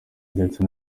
ndetse